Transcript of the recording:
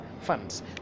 funds